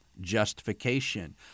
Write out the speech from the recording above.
justification